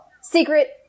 secret